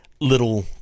little